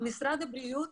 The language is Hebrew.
משרד הבריאות